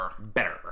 Better